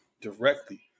directly